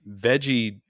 veggie